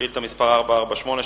שאילתא מס' 448,